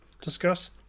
discuss